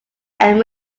end